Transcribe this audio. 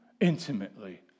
intimately